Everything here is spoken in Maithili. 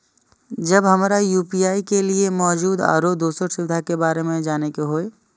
जब हमरा यू.पी.आई के लिये मौजूद आरो दोसर सुविधा के बारे में जाने के होय?